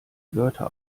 wörter